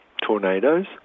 tornadoes